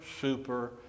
super